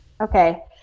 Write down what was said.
Okay